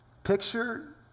Picture